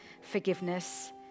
forgiveness